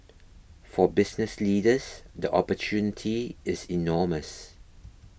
for business leaders the opportunity is enormous